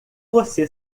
você